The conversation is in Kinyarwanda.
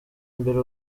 mbere